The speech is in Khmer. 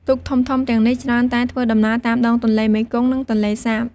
ទូកធំៗទាំងនេះច្រើនតែធ្វើដំណើរតាមដងទន្លេមេគង្គ និងទន្លេសាប។